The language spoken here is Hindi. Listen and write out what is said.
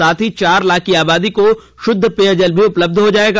साथ ही चार लाख की आबादी को शुद्ध पेयजल भी उपलब्ध हो जायेगा